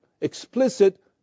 explicit